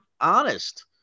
honest